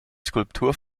skulptur